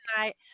tonight